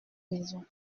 maison